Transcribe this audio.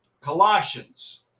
Colossians